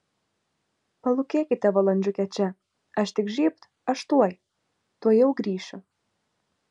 palūkėkite valandžiukę čia aš tik žybt aš tuoj tuojau grįšiu